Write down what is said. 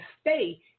stay